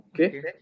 Okay